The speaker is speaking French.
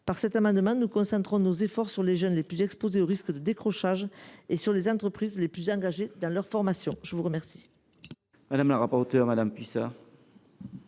Par cet amendement, nous concentrons nos efforts sur les jeunes les plus exposés au risque de décrochage et sur les entreprises les plus engagées dans leur formation. L’amendement